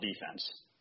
defense